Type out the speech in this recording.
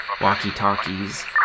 walkie-talkies